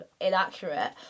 inaccurate